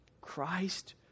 Christ